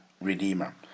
Redeemer